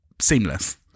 seamless